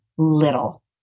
little